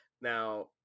Now